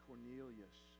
Cornelius